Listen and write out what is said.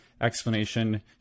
explanation